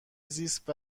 زیست